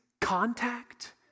contact